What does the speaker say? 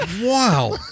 Wow